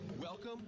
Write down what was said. welcome